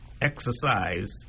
exercise